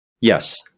Yes